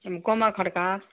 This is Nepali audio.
ए म गोमा खड्का